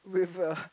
with a